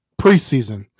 preseason